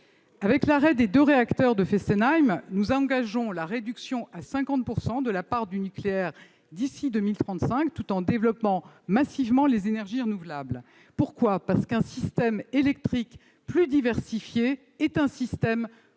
Avec l'arrêt des deux réacteurs de Fessenheim, nous engageons la réduction à 50 % de la part du nucléaire d'ici à 2035 tout en développant massivement les énergies renouvelables. Pourquoi ? Parce qu'un système électrique plus diversifié est un système plus